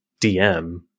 DM